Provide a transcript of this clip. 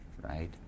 right